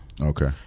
Okay